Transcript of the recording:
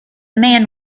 man